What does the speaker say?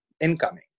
incoming